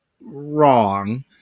wrong